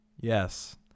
Yes